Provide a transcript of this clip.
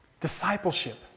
Discipleship